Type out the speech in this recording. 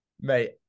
Mate